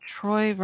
Troy